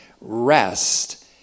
rest